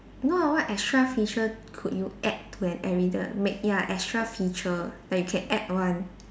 no ah what extra feature could you add to an everyd~ make ya extra feature that you can add one